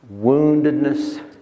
woundedness